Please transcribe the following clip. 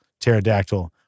pterodactyl